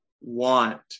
want